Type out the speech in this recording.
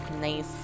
nice